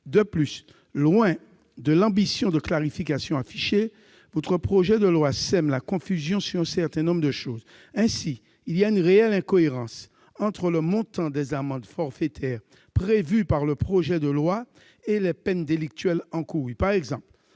De plus, loin de l'ambition de clarification affichée, ce projet de loi sème la confusion sur un certain nombre de points. Ainsi, il y a une réelle incohérence entre le montant des amendes forfaitaires prévu par le projet de loi et les peines délictuelles encourues. Par exemple,